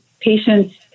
Patients